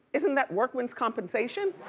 isn't that workman's compensation?